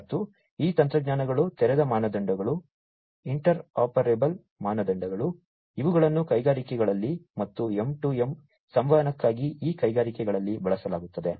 ಮತ್ತು ಈ ತಂತ್ರಜ್ಞಾನಗಳು ತೆರೆದ ಮಾನದಂಡಗಳು ಇಂಟರ್ಆಪರೇಬಲ್ ಮಾನದಂಡಗಳು ಇವುಗಳನ್ನು ಕೈಗಾರಿಕೆಗಳಲ್ಲಿ ಮತ್ತು M2M ಸಂವಹನಕ್ಕಾಗಿ ಈ ಕೈಗಾರಿಕೆಗಳಲ್ಲಿ ಬಳಸಲಾಗುತ್ತದೆ